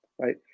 right